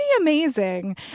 amazing